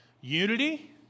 Unity